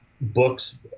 books